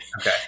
Okay